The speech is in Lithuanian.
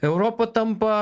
europa tampa